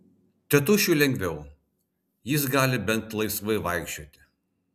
tėtušiui lengviau jis gali bent laisvai vaikščioti